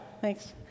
Thanks